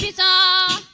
da